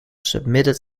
submitted